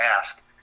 ask